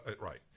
Right